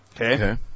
Okay